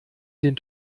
den